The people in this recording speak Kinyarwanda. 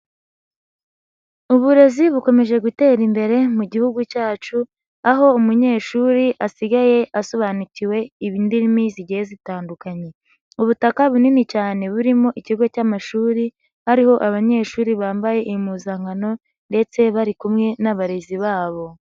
Uburezi bukomeje gutera imbere mu gihugu cyacu, aho umunyeshuri asigaye asobanukiwe indimi zigiye zitandukanye. Ubutaka bunini cyane burimo ikigo cy'amashuri, hariho abanyeshuri bambaye impuzankano ndetse bari kumwe n'abarezi babo.